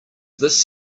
this